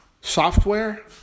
software